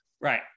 Right